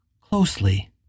closely